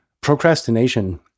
procrastination